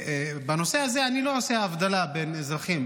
בנושא הזה אני לא עושה הבדלה בין אזרחים,